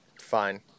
Fine